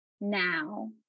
now